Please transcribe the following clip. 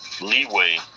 leeway